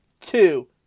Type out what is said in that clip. two